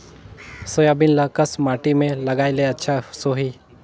Soybean ल कस माटी मे लगाय ले अच्छा सोही?